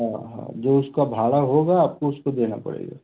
हाँ हाँ जो उसका भाड़ा होगा आपको उसको देना पड़ेगा